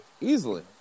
Easily